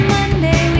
Monday